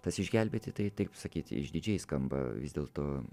tas išgelbėti tai taip sakyt išdidžiai skamba vis dėlto